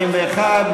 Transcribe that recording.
41,